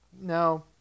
No